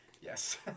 Yes